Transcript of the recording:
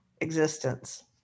existence